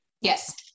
Yes